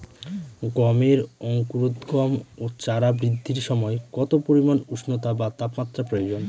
গমের অঙ্কুরোদগম ও চারা বৃদ্ধির সময় কত পরিমান উষ্ণতা বা তাপমাত্রা প্রয়োজন?